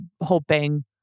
hoping